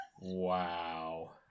Wow